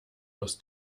aus